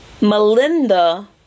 Melinda